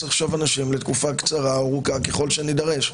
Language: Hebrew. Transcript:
אנשים לתקופה קצרה או ארוכה ככל שנדרש?